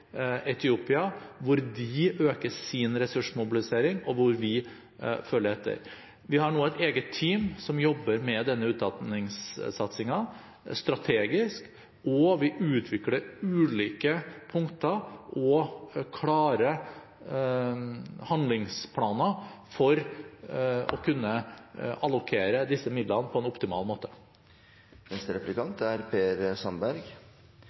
Etiopia, hvor de øker sin ressursmobilisering, og hvor vi følger etter. Vi har nå et eget team som jobber strategisk med denne utdanningssatsingen, og vi utvikler ulike punkter og klare handlingsplaner for å kunne allokere disse midlene på en optimal måte.